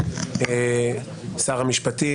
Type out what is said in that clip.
שר המשפטים,